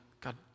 God